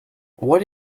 what